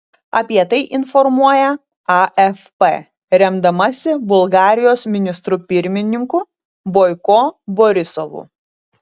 apie tai informuoja afp remdamasi bulgarijos ministru pirmininku boiko borisovu